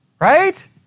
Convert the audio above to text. Right